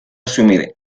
asumir